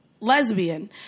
lesbian